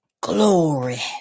glory